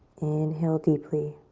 inhale deeply.